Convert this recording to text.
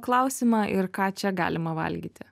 klausimą ir ką čia galima valgyti